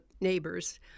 neighbors